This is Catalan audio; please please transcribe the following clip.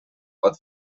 pot